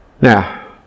Now